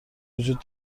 وجود